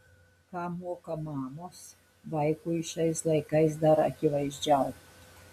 ką moka mamos vaikui šiais laikais dar akivaizdžiau